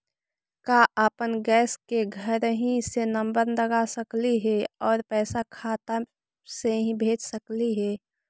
का अपन गैस के घरही से नम्बर लगा सकली हे और पैसा खाता से ही भेज सकली हे?